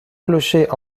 clocher